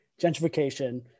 gentrification